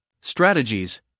strategies